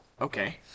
Okay